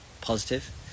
positive